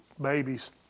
babies